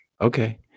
okay